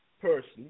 person